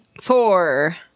Four